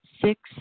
six